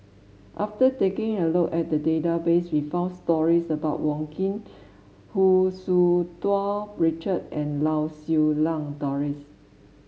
after taking a look at the database we found stories about Wong Keen Hu Tsu Tau Richard and Lau Siew Lang Doris